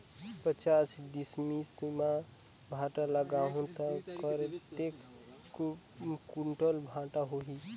पचास डिसमिल मां भांटा लगाहूं ता कतेक कुंटल भांटा होही?